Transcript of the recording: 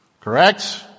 correct